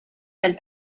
del